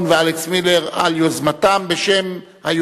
התשע"ב 2011,